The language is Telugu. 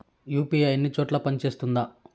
యు.పి.ఐ అన్ని చోట్ల పని సేస్తుందా?